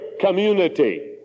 community